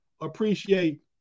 appreciate